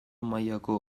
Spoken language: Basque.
mailako